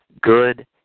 Good